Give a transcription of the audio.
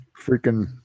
freaking